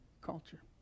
culture